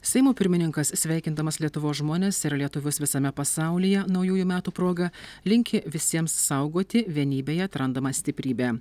seimo pirmininkas sveikindamas lietuvos žmones ir lietuvius visame pasaulyje naujųjų metų proga linki visiems saugoti vienybėje atrandamą stiprybę